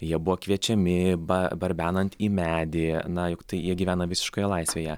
jie buvo kviečiami barbenant į medį na juk tai jie gyvena visiškoje laisvėje